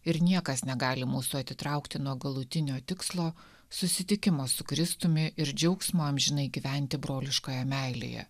ir niekas negali mūsų atitraukti nuo galutinio tikslo susitikimo su kristumi ir džiaugsmo amžinai gyventi broliškoje meilėje